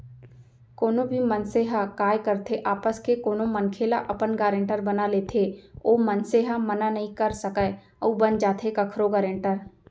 कोनो भी मनसे ह काय करथे आपस के कोनो मनखे ल अपन गारेंटर बना लेथे ओ मनसे ह मना नइ कर सकय अउ बन जाथे कखरो गारेंटर